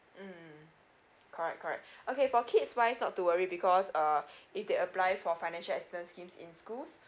mm correct correct okay for kids wise not to worry because uh if they apply for financial assistance scheme in schools